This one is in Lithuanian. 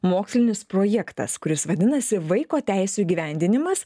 mokslinis projektas kuris vadinasi vaiko teisių įgyvendinimas